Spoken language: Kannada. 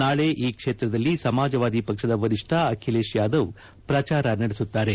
ನಾಳೆ ಈ ಕ್ಷೇತ್ರದಲ್ಲಿ ಸಮಾಜವಾದಿ ಪಕ್ಷದ ವರಿಷ್ಠ ಅಖಿಲೇಶ್ ಯಾದವ್ ಪ್ರಚಾರ ನಡೆಸುತ್ತಾರೆ